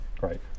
right